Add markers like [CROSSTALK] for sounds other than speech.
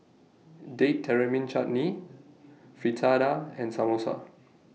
Date [UNINTELLIGIBLE] Chutney Fritada and Samosa